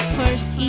first